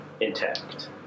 intact